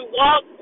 walk